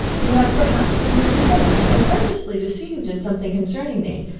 you have perhaps been misinformed, or purposely deceived, in something concerning me,